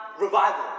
revival